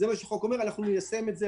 אם זה מה שהחוק קבע אנחנו ניישם את זה.